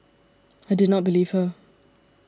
I did not believe her